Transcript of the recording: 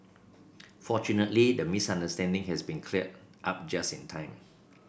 fortunately the misunderstanding has been cleared up just in time